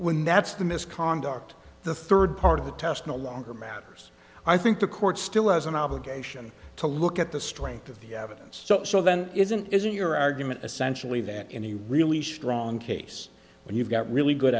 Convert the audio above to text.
when that's the misconduct the third part of the test no longer matters i think the court still has an obligation to look at the strength of the evidence so then isn't it isn't your argument essentially that in a really strong case when you've got really good